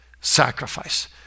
sacrifice